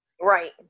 Right